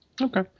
okay